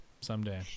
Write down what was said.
someday